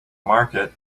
market